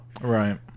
Right